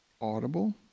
audible